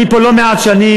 אני פה לא מעט שנים.